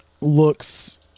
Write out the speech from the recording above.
looks